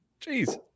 Jeez